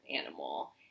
animal